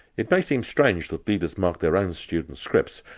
it may seem strange that leaders mark their own students' scripts,